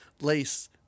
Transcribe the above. Lace